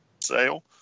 sale